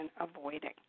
avoiding